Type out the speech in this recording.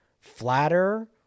flatter